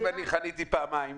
אם חניתי פעמיים,